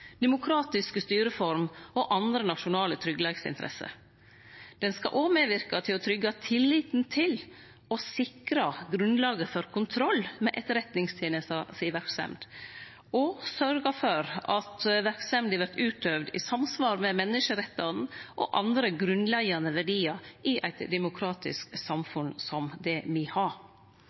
demokratiske styringsform og andre nasjonale tryggleiksinteresser. Lova skal òg medverke til å tryggja tilliten til og sikre grunnlaget for kontroll med Etterretningstenesta si verksemd og sørgje for at verksemda vert utøvd i samsvar med menneskerettane og andre grunnleggjande verdiar i eit demokratisk samfunn som det me har.